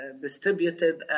distributed